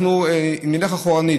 אם נלך אחורנית,